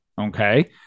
Okay